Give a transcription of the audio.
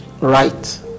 right